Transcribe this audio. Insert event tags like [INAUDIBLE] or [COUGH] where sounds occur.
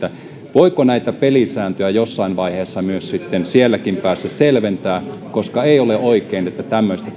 voiko näitä pelisääntöjä jossain vaiheessa sielläkin päässä selventää koska ei ole oikein että tämmöistä [UNINTELLIGIBLE]